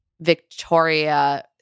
Victoria